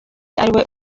ariwe